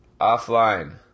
Offline